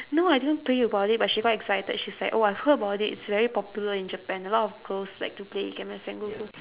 no I didn't play about it but she got excited she's like oh I've heard about it it's very popular in japan a lot of girls like to play ikemen sengoku